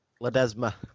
Ledesma